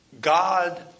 God